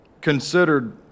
considered